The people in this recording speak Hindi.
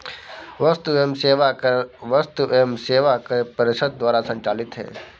वस्तु एवं सेवा कर वस्तु एवं सेवा कर परिषद द्वारा संचालित है